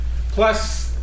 Plus